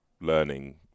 learning